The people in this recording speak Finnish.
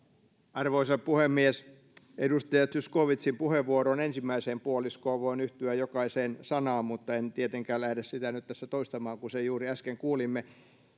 arvoisa puhemies edustaja zyskowiczin puheenvuoron ensimmäisessä puoliskossa voin yhtyä jokaiseen sanaan mutta en tietenkään lähde sitä nyt tässä toistamaan kun sen juuri äsken kuulimme